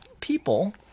people